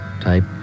Type